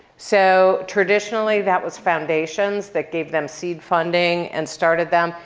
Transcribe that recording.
so traditionally that was foundations that gave them seed funding and started them.